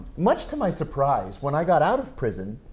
much to my surprise, when i got out of prison,